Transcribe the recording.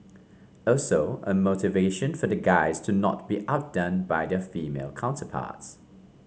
also a motivation for the guys to not be outdone by their female counterparts